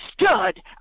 stood